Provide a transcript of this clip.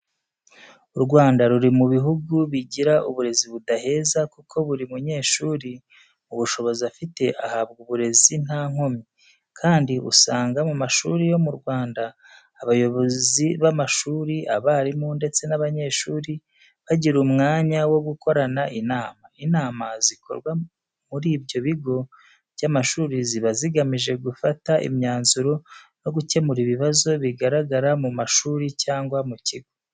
U Rwanda ruri mu bihugu bigira uburezi budaheza kuko buri munyeshuri, mu bushobozi afite ahabwa uburezi nta nkomyi, kandi usanga mu mashuri yo mu Rwanda abayobozi b'amashuri, abarimu ndetse n'abanyeshuri bagira umwanya wo gukorana inama. Inama zikorwa muri ibyo bigo by'amashuri ziba zigamije gufata imyanzuro no gukemura ibibazo bigaragara mu mashuri cyangwa mu kigo.